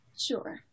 Sure